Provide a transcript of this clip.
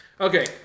Okay